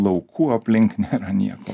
laukų aplink nėra nieko